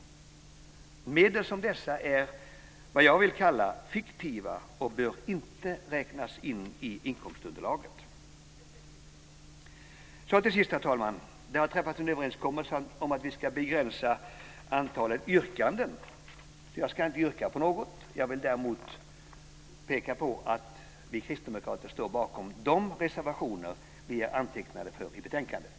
Medel som dessa är vad jag vill kalla fiktiva och bör inte räknas in i inkomstunderlaget. Till sist, herr talman: Det har träffats en överenskommelse om att vi ska begränsa antalet yrkanden, så jag ska inte yrka på något. Jag vill däremot peka på att vi kristdemokrater står bakom de reservationer vi är antecknade för i betänkandet.